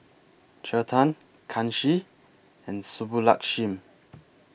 Chetan Kanshi and Subbulakshmi